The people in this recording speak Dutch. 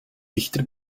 dichter